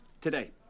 today